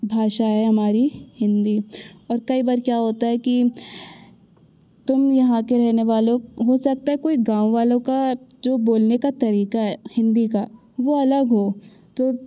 भाषा है हमारी हिंदी और कई बार क्या होता है कि तुम यहाँ के रहने वालो हो सकता है कोई गाँव वालों का जो बोलने का तरीक़ा है हिंदी का वह अलग हो तो